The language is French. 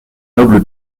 noble